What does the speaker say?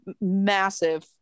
massive